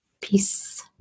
peace